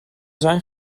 zijn